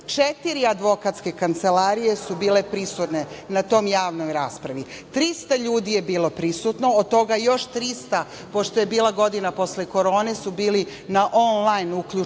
ruda. Četiri advokatske kancelarije su bile prisutne na toj javnoj raspravi. Trista ljudi je bilo prisutno, od toga još 300, pošto je bila godina posle korone, bili su onlajn uključeni